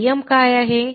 बाह्य काय आहेत